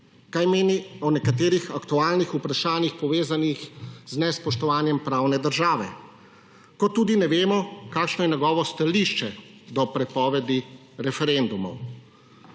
Kaj meni o nekaterih aktualnih vprašanjih, povezanih z nespoštovanjem pravne države, kot tudi ne vemo, kakšno je njegovo stališče do prepovedi referendumov.